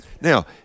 Now